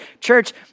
church